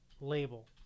label